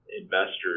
investors